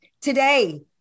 today